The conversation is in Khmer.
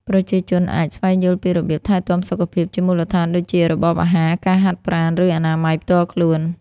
ប្រជាជនអាច ស្វែងយល់ពីរបៀបថែទាំសុខភាព ជាមូលដ្ឋានដូចជា របបអាហារ ការហាត់ប្រាណ ឬអនាម័យផ្ទាល់ខ្លួន។